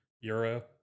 euro